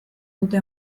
dute